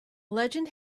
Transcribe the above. legend